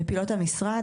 בפעילויות המשרד,